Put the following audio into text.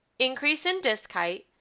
increase in disc height,